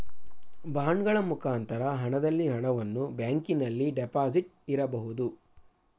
ಬಾಂಡಗಳ ಮುಖಾಂತರ ಹಣದಲ್ಲಿ ಹಣವನ್ನು ಬ್ಯಾಂಕಿನಲ್ಲಿ ಡೆಪಾಸಿಟ್ ಇರಬಹುದು